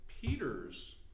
Peter's